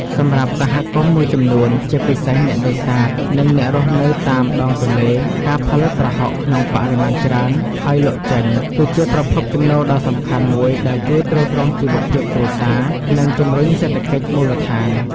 សម្រាប់សហគមន៍មួយចំនួន ជាពិសេសអ្នកនេសាទ និងអ្នករស់នៅតាមដងទន្លេ ការផលិតប្រហុកក្នុងបរិមាណច្រើន ហើយលក់ចេញ គឺជាប្រភពចំណូលដ៏សំខាន់មួយដែលជួយទ្រទ្រង់ជីវភាពគ្រួសារ និងជំរុញសេដ្ឋកិច្ចមូលដ្ឋាន។